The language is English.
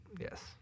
Yes